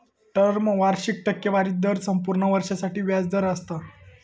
term वार्षिक टक्केवारी दर संपूर्ण वर्षासाठी व्याज दर असता